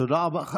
תודה רבה,